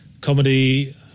comedy